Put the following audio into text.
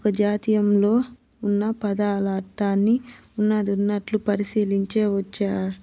ఒక జాతీయంలో ఉన్న పదాల అర్థాన్ని ఉన్నది ఉన్నట్లు పరిశీలించే వచ్చే